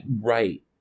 Right